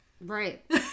Right